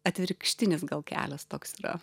atvirkštinis gal kelias toks yra